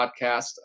podcast